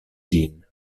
ĝin